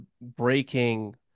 breaking –